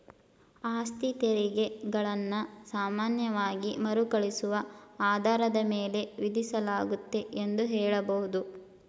ಆಸ್ತಿತೆರಿಗೆ ಗಳನ್ನ ಸಾಮಾನ್ಯವಾಗಿ ಮರುಕಳಿಸುವ ಆಧಾರದ ಮೇಲೆ ವಿಧಿಸಲಾಗುತ್ತೆ ಎಂದು ಹೇಳಬಹುದು